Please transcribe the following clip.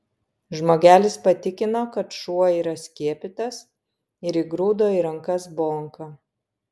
žmogelis patikino kad šuo yra skiepytas ir įgrūdo į rankas bonką